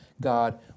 God